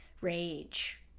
rage